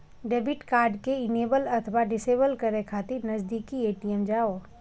debit card कें enable अथवा disable करै खातिर नजदीकी ए.टी.एम जाउ